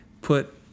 put